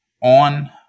on